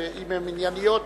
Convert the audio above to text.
אם הן ענייניות?